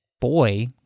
boy